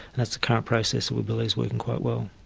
that's the current process we believe is working quite well.